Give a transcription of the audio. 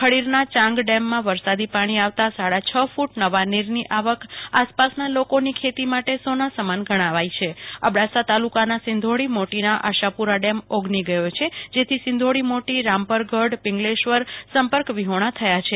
ખડીરના ચાંગ ડેમમાં વરસાદી પાણી આવતા સાડા છ ફૂટ નવા નીરની આવક આસપાસના લોકોની ખેતી માટે સોના સમાન ગણાવ્યો હતો અબડાસા તાલુકા નો સિંધોડી મોટીનો આશાપુરા ડેમ ઓગની ગયો છે જેથી સીંધોડી મોટી રામપર ગઢ પીંગલેશ્વર સંપર્ક વિહોણા થયા છે